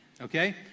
okay